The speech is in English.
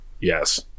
Yes